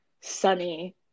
sunny